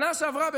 שנה שעברה,